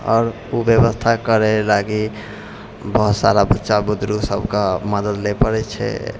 आओर उ व्यवस्था करै लागि बहुत सारा बच्चा बुदरुक सबके मदति लै पड़ै छै